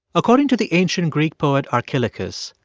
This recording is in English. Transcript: according to the ancient greek poet archilochus,